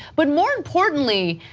but more importantly,